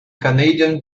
canadian